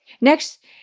Next